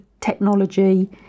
technology